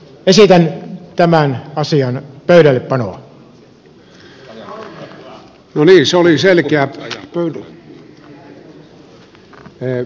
esitän tämän asian pöydällepanoa